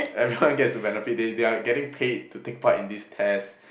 everyone gets to benefit they they are getting paid to take part in this test